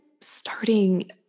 starting